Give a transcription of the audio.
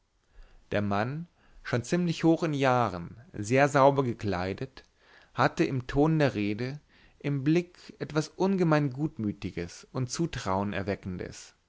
der mann schon ziemlich hoch in jahren sehr sauber gekleidet hatte im ton der rede im blick etwas ungemein gutmütiges und zutrauen erweckendes